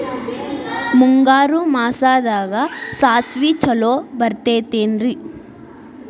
ಮುಂಗಾರು ಮಾಸದಾಗ ಸಾಸ್ವಿ ಛಲೋ ಬೆಳಿತೈತೇನ್ರಿ?